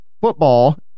football